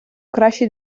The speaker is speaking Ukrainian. кращий